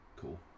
cool